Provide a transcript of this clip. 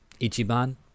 Ichiban